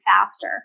faster